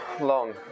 long